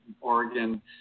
Oregon